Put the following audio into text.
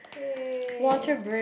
!yay!